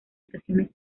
estaciones